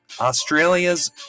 Australia's